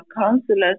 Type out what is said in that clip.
counselors